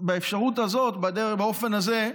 באפשרות הזאת, באופן הזה,